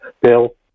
bill